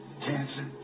cancer